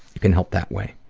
you can help that way.